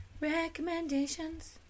recommendations